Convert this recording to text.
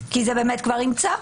כי זה באמת כבר עם צו.